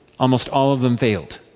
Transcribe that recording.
almost all of them failed.